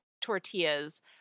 tortillas